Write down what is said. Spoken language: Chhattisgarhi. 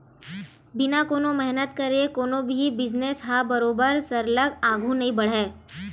बिना कोनो मेहनत करे कोनो भी बिजनेस ह बरोबर सरलग आघु नइ बड़हय